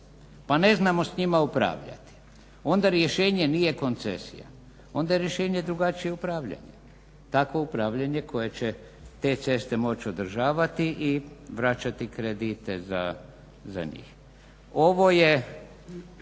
pa ne znamo s njima upravljati onda rješenje nije koncesija, onda je rješenje drugačije upravljanje. Takvo upravljanje koje će te ceste moći održavati i vraćati kredite za njih. Ovo je